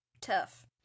Tough